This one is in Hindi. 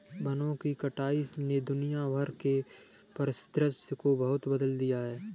वनों की कटाई ने दुनिया भर के परिदृश्य को बहुत बदल दिया है